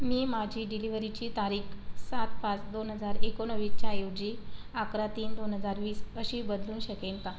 मी माझी डिलिवरीची तारीख सात पाच दोन हजार एकोणवीचच्या ऐवजी अकरा तीन दोन हजार वीस अशी बदलू शकेन का